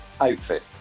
outfit